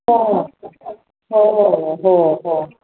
हो हो हो हो